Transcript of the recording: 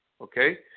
okay